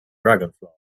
dragonflies